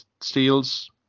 steals